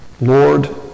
Lord